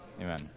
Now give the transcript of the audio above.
Amen